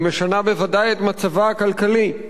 היא משנה בוודאי את מצבה הכלכלי.